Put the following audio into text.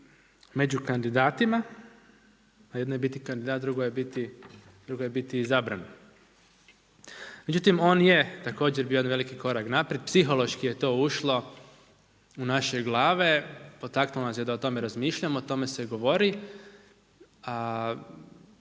među kandidatima. A jedno je biti kandidat, drugo je biti izabran. Međutim, on je također bio veliki korak naprijed, psihološki je to ušle u naše glave, potaknulo nas je da o tome razmišljamo, o tome se govori.